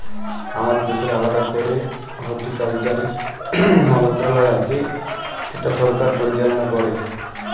আমাদের দ্যাশের আলেদা ক্যরে হর্টিকালচারের মলত্রলালয় আছে যেট সরকার পরিচাললা ক্যরে